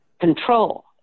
control